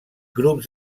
grups